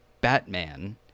Batman